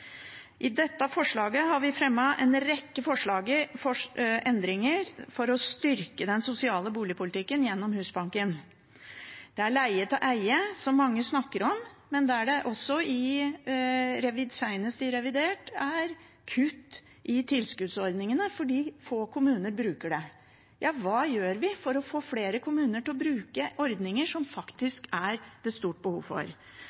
I dette forslaget har vi fremmet en rekke endringer for å styrke den sosiale boligpolitikken gjennom Husbanken. Det er leie-til-eie, som mange snakker om. Det gjelder også – senest i revidert – kutt i tilskuddsordningene fordi få kommuner bruker det. Hva gjør vi for å få flere kommuner til å bruke ordninger som det faktisk er stort behov for?